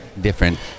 different